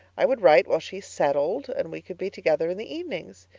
i would write while she settled and we could be together in the evenings.